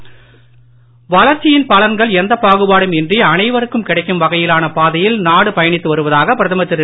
மோடி வளர்ச்சியின் பலன்கள் எந்தப் பாகுபாடும் இன்றி அனைவருக்கும் கிடைக்கும் வகையிலான பாதையில் நாடு பயணித்து வருவதாக பிரதமர் திரு